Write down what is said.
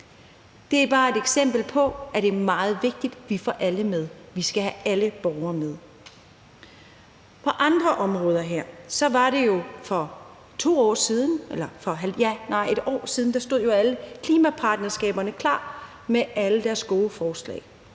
Det er bare et eksempel på, at det er meget vigtigt, at vi får alle med. Vi skal have alle borgere med. For et år siden stod alle klimapartnerskaberne jo klar med alle deres gode forslag.